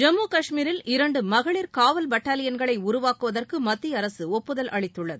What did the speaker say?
ஜம்மு காஷ்மீரில் இரண்டு மகளிர் காவல் பட்டாலியன்களை உருவாக்குவதற்கு மத்திய அரசு ஒப்புதல் அளித்துள்ளது